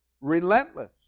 relentless